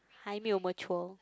还没有 mature